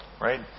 right